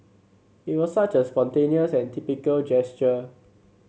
it was such a spontaneous and typical gesture